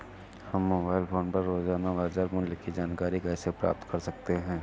हम mobile phone पर रोजाना बाजार मूल्य की जानकारी कैसे प्राप्त कर सकते हैं?